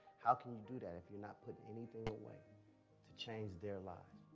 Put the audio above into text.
how can you do that? if you're not putting anything away to change their lives,